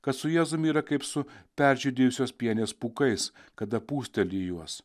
kad su jėzumi yra kaip su peržydėjusios pienės pūkais kada pūsteli juos